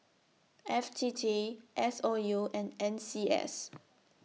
F T T S O U and N C S